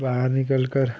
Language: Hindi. बाहर निकल कर